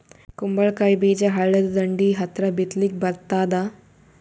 ಕುಂಬಳಕಾಯಿ ಬೀಜ ಹಳ್ಳದ ದಂಡಿ ಹತ್ರಾ ಬಿತ್ಲಿಕ ಬರತಾದ?